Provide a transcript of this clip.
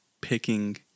picking